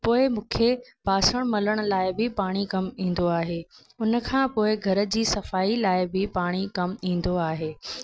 पोइ मूंखे बासण मलण लाइ बि पाणी कमु ईंदो आहे उन खां पोइ घर जी सफ़ाई लाइ बि पाणी कमु ईंदो आहे